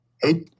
Hey